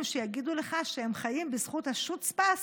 שיגידו לך שהם חיים בזכות ה-Schutz-Pass